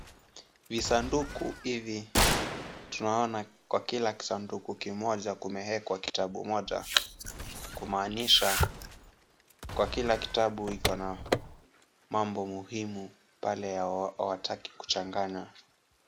Visanduku hivi tunaona kwa kila kisanduku kimoja kumewekwa kitabu kimoja kumaanisha kwa kila kitabu iko na mambo muhimu pale hawataki kuchanganya.